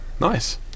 Nice